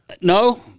No